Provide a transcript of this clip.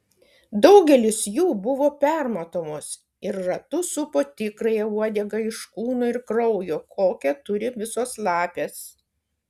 daugelis jų buvo permatomos ir ratu supo tikrąją uodegą iš kūno ir kraujo kokią turi visos lapės